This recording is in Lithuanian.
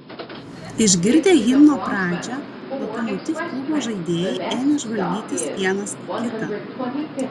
išgirdę himno pradžią lokomotiv klubo žaidėjai ėmė žvalgytis vienas į kitą